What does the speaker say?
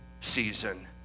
season